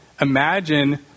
imagine